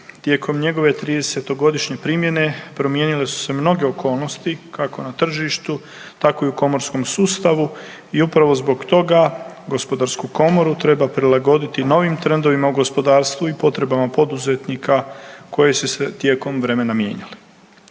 Tijekom njegove 30-godišnje primjene promijenile su se mnoge okolnosti kako na tržištu tako i u komorskom sustavu i upravo zbog toga gospodarsku komoru treba prilagoditi novim trendovima u gospodarstvu i potrebama poduzetnika koje su se tijekom vremena mijenjali.